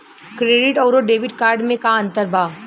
Credit अउरो debit card मे का अन्तर बा?